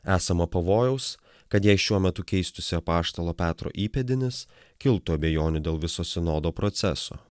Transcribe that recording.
esama pavojaus kad jei šiuo metu keistųsi apaštalo petro įpėdinis kiltų abejonių dėl viso sinodo proceso